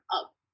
up